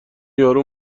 یارو